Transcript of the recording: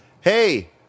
Hey